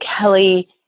Kelly